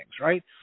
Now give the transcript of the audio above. right